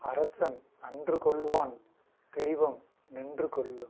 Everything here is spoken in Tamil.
அரசன் அன்று கொல்வான் தெய்வம் நின்று கொல்லும்